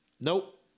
Nope